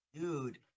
dude